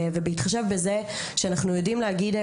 ובהתחשב בזה שאנחנו יודעים להגיד,